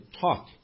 talk